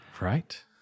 Right